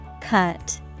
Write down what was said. Cut